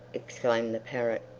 exclaimed the parrot,